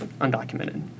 undocumented